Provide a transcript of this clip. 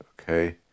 Okay